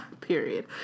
period